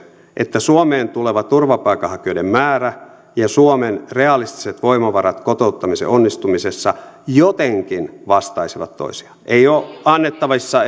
että suomeen tulevien turvapaikanhakijoiden määrä ja suomen realistiset voimavarat kotouttamisen onnistumisessa jotenkin vastaisivat toisiaan ei ole annettavissa